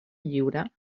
lliure